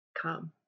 come